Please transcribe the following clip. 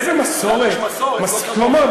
איזו מסורת, לנו יש מסורת, לא כמוכם.